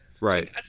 Right